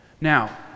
Now